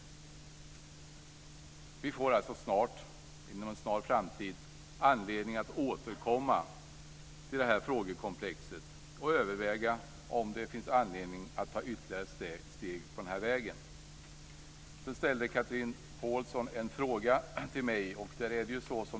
Vi får alltså inom en snar framtid anledning att återkomma till frågekomplexet och överväga om det finns anledning att ta ytterligare steg på den här vägen. Chatrine Pålsson ställde en fråga till mig.